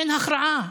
אין הכרעה.